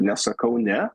nesakau ne